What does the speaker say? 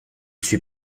suis